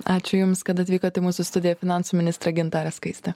ačiū jums kad atvykot į mūsų studiją finansų ministrą gintarę skaistę